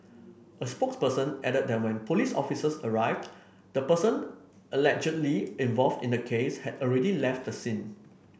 a spokesperson added that when police officers arrived the person allegedly involved in the case had already left the scene